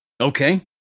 Okay